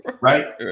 Right